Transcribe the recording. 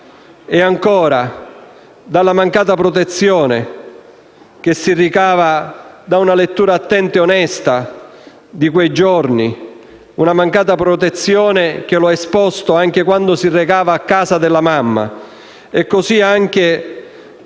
amareggiato della mancata protezione, come si ricava da una lettura attenta e onesta di quei giorni. Una mancata protezione che lo ha esposto anche quando si recava a casa della madre. E così anche